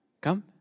Come